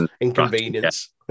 Inconvenience